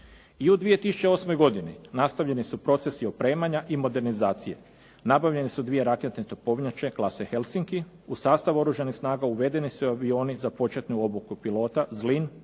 I u 2008. godini nastavljeni su procesi opremanja i modernizacije, nabavljene svu dvije raketne topovnjače klase Helsinki u sastavu Oružanih snaga uvedeni su i avioni za početnu obuku pilota,